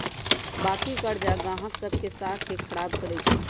बाँकी करजा गाहक सभ के साख को खराब करइ छै